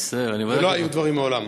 אני מצטער, לא היו דברים מעולם?